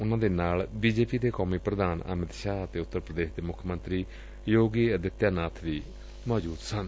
ਉਨਾਂ ਦੇ ਨਾਲ ਬੀਜੇਪੀ ਦੇ ਕੌਮੀ ਪੁਧਾਨ ਅਮਿਤ ਸ਼ਾਹ ਅਤੇ ਉਤਰ ਪੁਦੇਸ਼ ਦੇ ਮੁੱਖ ਮੰਤਰੀ ਯੋਗੀ ਅਦਿੱਆ ਨਾਥ ਵੀ ਮੌਜੁਦ ਸਨ